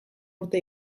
urte